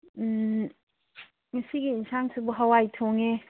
ꯎꯝ ꯉꯁꯤꯒꯤ ꯌꯦꯟꯁꯥꯡꯁꯤꯕꯨ ꯍꯋꯥꯏ ꯊꯣꯡꯉꯦ